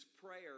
prayer